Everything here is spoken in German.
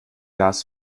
das